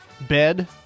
bed